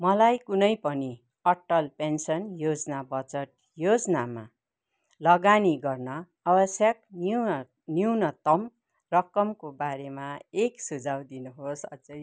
मलाई कुनै पनि अटल पेन्सन योजना बचत योजनामा लगानी गर्न आवश्यक न्यूनतम रकमको बारेमा एक सुझाउ दिनुहोस् अझै